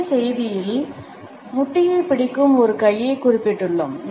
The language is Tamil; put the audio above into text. முந்தைய செய்தியில் முட்டியை பிடிக்கும் ஒரு கையைக் குறிப்பிட்டுள்ளோம்